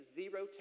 zero